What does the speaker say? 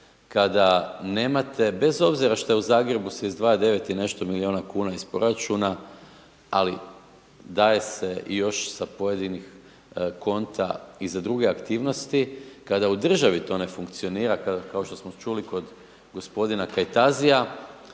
kada nemate, bez obzira što je u Zagrebu se izdvaja 9 i nešto miliona kuna iz proračuna, ali daje se još sa pojedinih konta i za druge aktivnosti, kada u državi to ne funkcionira, kao što smo čuli kod gospodina Kajtazia,